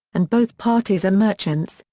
and both parties are merchants,